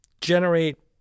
generate